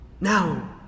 Now